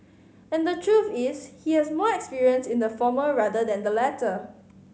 and the truth is he has more experience in the former rather than the latter